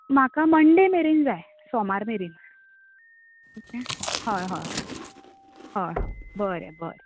म्हाका मंडे मेरेन जाय सोमार मेरेन ओके हय हय हय हय बरें बरें